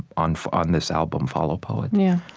on on this album, follow, poet yeah.